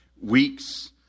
weeks